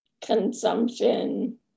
consumption